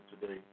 today